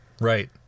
Right